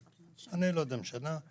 אני לא יודע אם לשנה או לשנתיים,